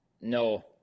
No